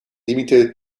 limited